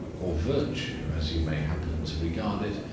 or virtue, as you may happen to regard it.